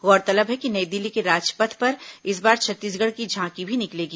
गौरतलब है कि नई दिल्ली के राजपथ पर इस बार छत्तीसगढ़ की झांकी भी निकलेगी